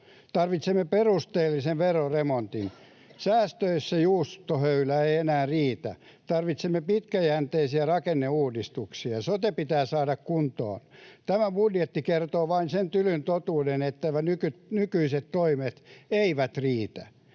Tarvitsemme perusteellisen veroremontin. Säästöissä juustohöylä ei enää riitä. Tarvitsemme pitkäjänteisiä rakenneuudistuksia. Sote pitää saada kuntoon. Tämä budjetti kertoo vain sen tylyn totuuden, että nykyiset toimet eivät riitä.